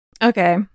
Okay